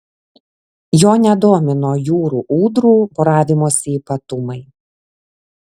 jo nedomino jūrų ūdrų poravimosi ypatumai